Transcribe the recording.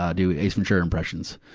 ah do ace ventura impressions.